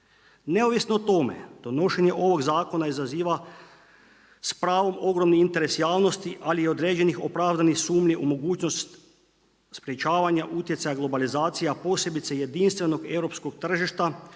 Neovisno o tome, donošenje ovog zakona izaziva s pravom ogromni interes javnosti ali i određenih opravdanih sumnji u mogućnost sprečavanja utjecaja globalizacija posebice jedinstvenog europskog tržišta